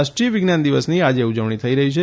રાષ્ટ્રીય વિજ્ઞાન દિવસની આજે ઉજવણી થઇ રહી છે